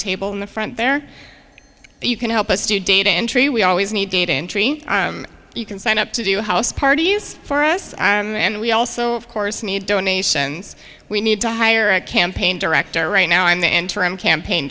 table in the front there you can help us do data entry we always need data entry you can sign up to do house party for us i am and we also of course need donations we need to hire a campaign director right now in the interim campaign